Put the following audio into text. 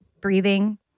breathing